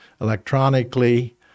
electronically